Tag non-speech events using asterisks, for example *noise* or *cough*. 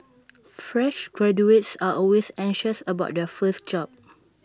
fresh graduates are always anxious about their first job *noise*